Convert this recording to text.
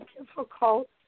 difficult